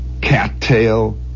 cattail